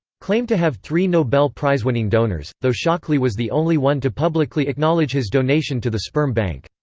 claimed to have three nobel prize-winning donors, though shockley was the only one to publicly acknowledge his donation to the sperm bank.